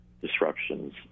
disruptions